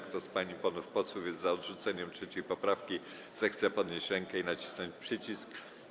Kto z pań i panów posłów jest za odrzuceniem 3. poprawki, zechce podnieść rękę i nacisnąć przycisk.